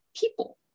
people